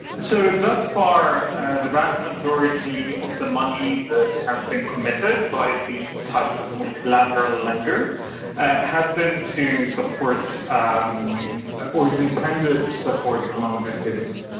so, thus far the vast majority of the money that has been committed by these types of multilateral lenders has been to support um or is intended to support economic activity.